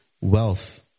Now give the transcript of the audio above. wealth